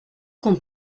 con